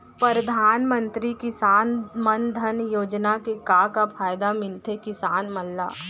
परधानमंतरी किसान मन धन योजना के का का फायदा मिलथे किसान मन ला?